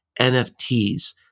NFTs